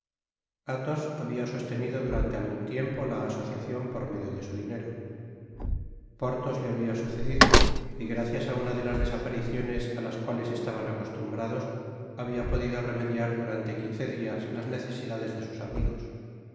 athos habia sostenido durante algun tiempo la asociacion por medio de su dinero porthos le habia sucedido y gracias á una de las desapariciones á las cuales estaban acostumbrados habia podido remediar durante quince dias las necesidades de sus amigos